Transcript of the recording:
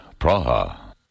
Praha